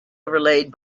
overlaid